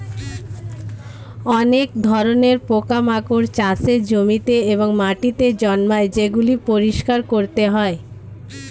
অনেক ধরণের পোকামাকড় চাষের জমিতে এবং মাটিতে জন্মায় যেগুলি পরিষ্কার করতে হয়